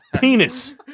Penis